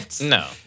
No